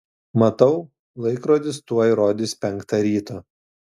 matau laikrodis tuoj rodys penktą ryto